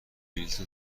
بلیط